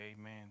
Amen